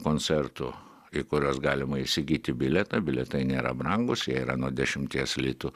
koncertų į kuriuos galima įsigyti bilietą bilietai nėra brangūs jie yra nuo dešimties litų